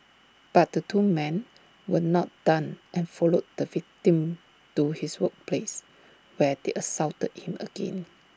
but the two men were not done and followed the victim to his workplace where they assaulted him again